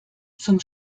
zum